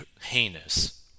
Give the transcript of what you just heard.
heinous